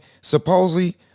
supposedly